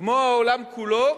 כמו העולם כולו,